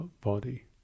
body